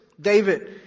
David